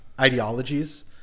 ideologies